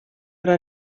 era